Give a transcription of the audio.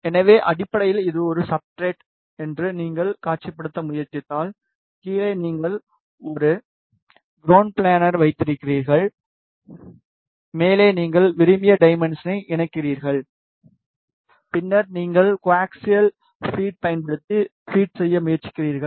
எனவே அடிப்படையில் இது ஒரு சப்ஸ்ட்ரட் என்று நீங்கள் காட்சிப்படுத்த முயற்சித்தால் கீழே நீங்கள் ஒரு கரவுணட் ஃப்ளேனை வைத்திருக்கிறீர்கள் மேலே நீங்கள் விரும்பிய டைமென்ஷனை இணைக்கிறீர்கள் பின்னர் நீங்கள் கோஆக்சியல் ஃபீடைப் பயன்படுத்தி ஃபீட் செய்ய முயற்சிக்கிறீர்கள்